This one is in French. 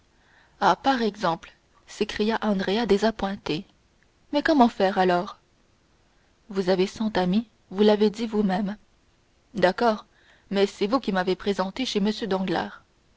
ah par exemple s'écria andrea désappointé mais comment faire alors vous avez cent amis vous l'avez dit vous-même d'accord mais c'est vous qui m'avez présenté chez m